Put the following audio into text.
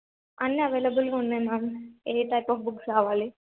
అన్నీ అవైలబుల్గా ఉన్నాయి మ్యామ్ ఏ టైప్ ఆఫ్ బుక్స్ కావాలి